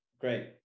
great